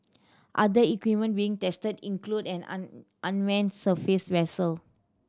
other equipment being tested include an unmanned surface vessel